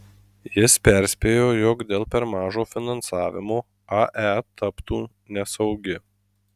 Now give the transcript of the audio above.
jis perspėjo jog dėl per mažo finansavimo ae taptų nesaugi